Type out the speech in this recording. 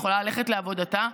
היא יכולה ללכת לעבודתה,